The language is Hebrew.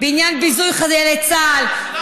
בעניין ביזוי חיילי צה"ל,